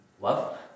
Love